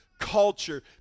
culture